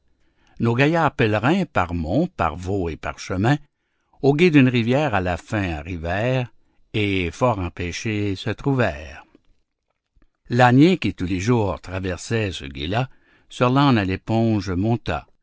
nos gaillards pèlerins par monts par vaux et par chemins au gué d'une rivière à la fin arrivèrent et fort empêchés se trouvèrent l'ânier qui tous les jours traversait ce gué-là sur l'âne à l'éponge monta